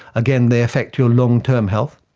again they affect your long-term health,